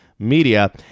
media